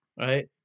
Right